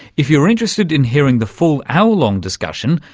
if you're interested in hearing the full hour-long discussion,